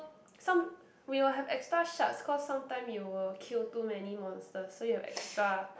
some we will have extra shards because sometimes you will kill too many monsters so you'll extra